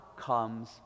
comes